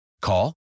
Call